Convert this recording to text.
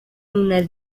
una